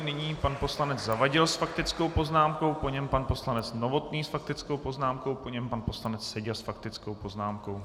Nyní pan poslanec Zavadil s faktickou poznámkou, po něm pan poslanec Novotný s faktickou poznámkou, po něm pan poslanec Seďa s faktickou poznámkou.